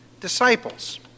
disciples